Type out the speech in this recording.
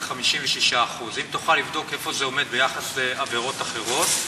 שזה 56%. האם תוכל לבדוק איפה זה עומד ביחס לעבירות אחרות?